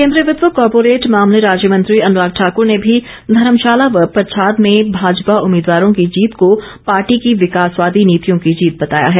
केंद्रीय वित्त व कॉर्पोरेट मामले राज्य मंत्री अनुराग ठाकुर ने भी धर्मशाला व पच्छाद में भाजपा उम्मीदवारों की जीत को पार्टी की विकासवादी नीतियों की जीत बताया है